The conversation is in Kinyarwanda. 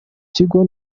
kigo